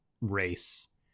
race